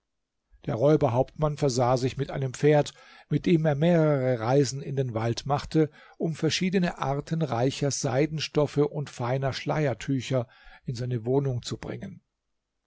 der räuberhauptmann versah sich mit einem pferd mit dem er mehrere reisen in den wald machte um verschiedene arten reicher seidenstoffe und feiner schleiertücher in seine wohnung zu bringen